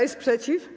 jest przeciw?